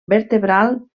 vertebral